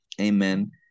amen